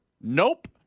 Nope